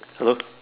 hello